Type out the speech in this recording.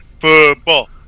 football